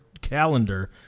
calendar